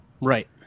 Right